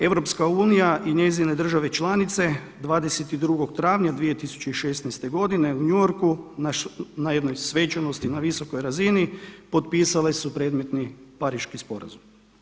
EU i njezine države članice 22. travnja 2016. godine u New Yorku na jednoj svečanosti na visokoj razini potpisale su predmetni Pariški sporazum.